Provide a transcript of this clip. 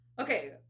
Okay